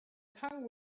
tongue